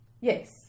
Yes